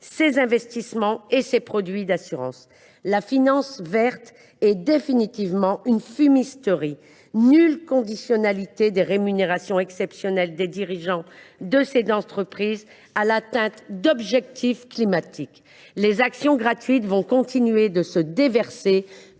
ses investissements et ses produits d’assurance. Autrement dit, la finance verte est définitivement une fumisterie. Nulle conditionnalité des rémunérations exceptionnelles des dirigeants de ces entreprises à l’atteinte d’objectifs climatiques n’ayant été prévue, les actions gratuites vont continuer de se déverser